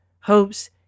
hopes